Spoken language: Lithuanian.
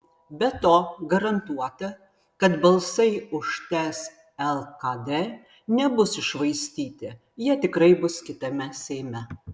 be to garantuota kad balsai už ts lkd nebus iššvaistyti jie tikrai bus kitame seime